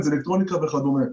אם זה אלקטרוניקה וכדומה.